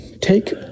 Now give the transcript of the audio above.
take